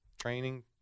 Training